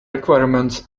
requirements